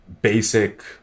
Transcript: basic